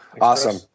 awesome